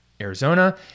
Arizona